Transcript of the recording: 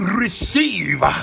receive